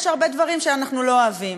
יש הרבה דברים שאנחנו לא אוהבים.